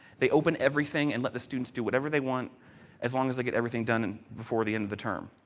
they open everything and let the students do whatever they want as long as they get everything done and before the end of the term.